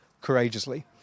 courageously